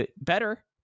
better